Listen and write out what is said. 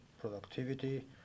productivity